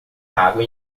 água